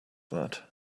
that